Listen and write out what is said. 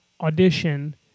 Audition